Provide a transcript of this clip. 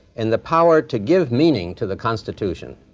in the power to give meaning to the constitution.